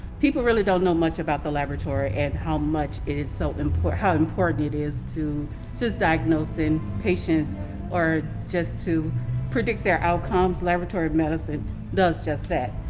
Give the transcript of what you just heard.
people really don't know much about the laboratory and how much it is so import how important it is to just diagnose in patients or just to predict their outcomes laboratory medicine does just that,